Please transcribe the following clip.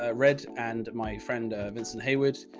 ah read and my friend vincent hayward's,